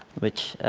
which